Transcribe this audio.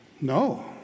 No